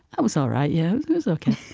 that was all right, yeah. it was ok.